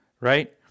right